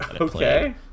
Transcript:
Okay